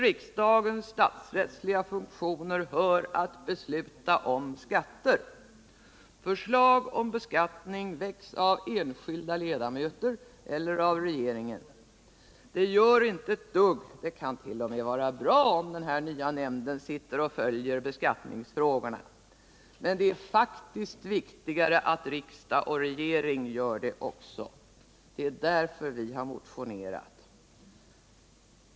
riksdagens statsrättsliga funktioner hör att besluta om skatter. Förslag om beskattning väcks av enskilda riksdagsledamörter eller av regeringen. Det gör inte ett dugg — det kan t.o.m. vara bra — om den här nya nämnden sitter och följer beskattningsfrågorna. Men det är faktiskt viktigare att riksdag och regering gör det: Det är därför vi har motionerat.